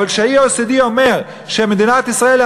אבל כשה-OECD אומר שמדינת ישראל היא